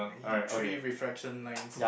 three reflection lines